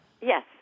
Yes